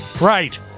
Right